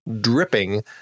dripping